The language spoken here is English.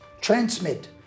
transmit